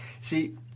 See